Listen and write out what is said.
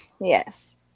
Yes